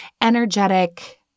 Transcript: energetic